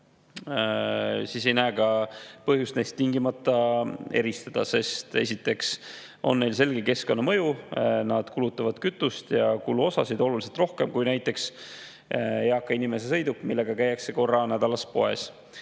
et ei näe põhjust neid tingimata eristada, sest esiteks on neil selge keskkonnamõju: need kulutavad kütust ja kuluvaid osasid oluliselt rohkem kui näiteks eaka inimese sõiduk, millega käiakse korra nädalas poes.